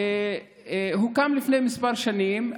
הוא הוקם לפני כמה שנים,